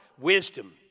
wisdom